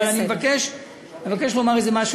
אבל אני מבקש לומר משהו.